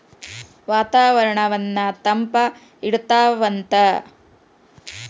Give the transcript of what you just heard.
ವಾತಾವರಣನ್ನ ತಂಪ ಇಡತಾವಂತ